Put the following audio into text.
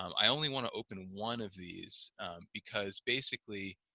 um i only want to open one of these because basically